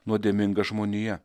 nuodėminga žmonija